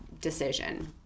decision